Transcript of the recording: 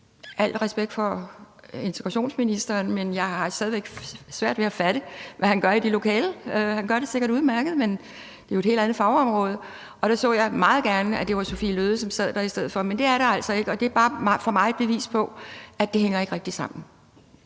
al respekt for integrationsministeren, men jeg har stadig væk svært ved at fatte, hvad han gør i det lokale. Han gør det sikkert udmærket, men det er jo et helt andet fagområde. Der så jeg meget gerne, at det var Sophie Løhde, som sad der i stedet for. Men det er det altså ikke, og det er bare for mig et bevis på, at det ikke rigtig hænger